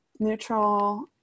neutral